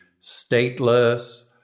stateless